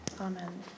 Amen